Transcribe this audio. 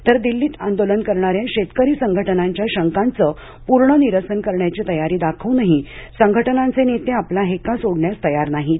तर दिल्लीत आंदोलन करणाऱ्या शेतकरी संघटनांच्या शंकांचं पूर्ण निरसन करण्याची तयारी दाखवूनही संघटनांचे नेते आपला हेका सोडण्यास तयार नाहीत